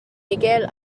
miquel